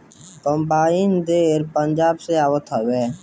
combine ढेर पंजाब से आवत हवे